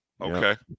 Okay